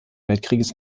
weltkrieges